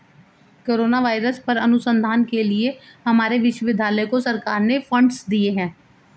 corona virus पर अनुसंधान के लिए हमारे विश्वविद्यालय को सरकार ने फंडस दिए हैं